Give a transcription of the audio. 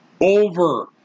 over